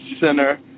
center